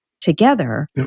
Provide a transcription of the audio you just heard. together